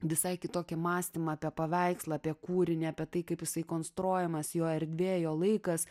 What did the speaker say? visai kitokį mąstymą apie paveikslą apie kūrinį apie tai kaip jisai konstrojamas jo erdvė jo laikas